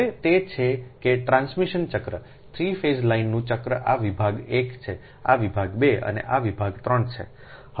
હવે તે છે કે ટ્રાન્સમિશન ચક્ર 3 ફેઝ લાઇનનું ચક્ર આ વિભાગ 1 છે આ વિભાગ 2 છે અને આ વિભાગ 3 છે